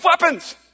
weapons